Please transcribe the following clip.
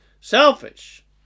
selfish